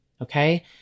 Okay